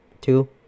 two